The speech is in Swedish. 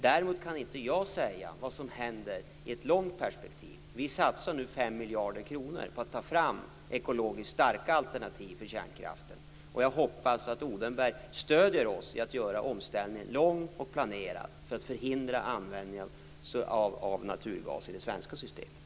Däremot kan inte jag säga vad som händer i det långa perspektivet. Nu satsas 5 miljarder kronor på att ta fram ekologiskt starka alternativ till kärnkraften. Jag hoppas att Odenberg stöder arbetet att göra omställningen lång och planerad för att förhindra användning av naturgas i det svenska systemet.